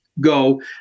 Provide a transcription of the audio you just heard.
go